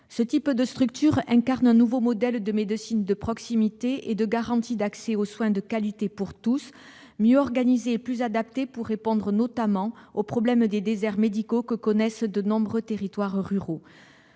Ce type de structure incarne un nouveau modèle de médecine de proximité et de garantie d'accès aux soins de qualité pour tous, une médecine mieux organisée et mieux adaptée pour répondre au problème des déserts médicaux que connaissent de nombreux territoires ruraux.